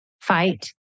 fight